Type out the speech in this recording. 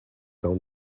down